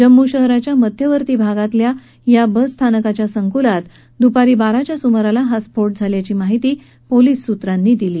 जम्मू शहराच्या मध्यवर्ती भागात असलेल्या या बसस्थानकाच्या संकुलात दुपारी बाराच्या सुमाराला हा स्फोट झाल्याची माहिती पोलिसांच्या सूत्रांनी दिली